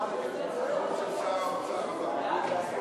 בבקשה לשבת, אנחנו רוצים לעבור להצבעה.